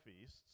feasts